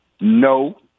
No